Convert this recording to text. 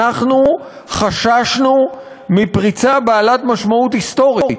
אנחנו חששנו מפרצה בעלת משמעות היסטורית.